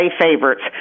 favorites